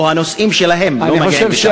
או שהנושאים שלהם לא מגיעים בכלל.